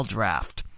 Draft